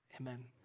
Amen